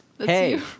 Hey